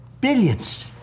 billions